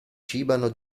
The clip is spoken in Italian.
cibano